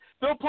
Bill